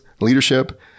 leadership